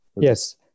Yes